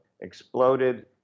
exploded